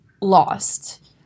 lost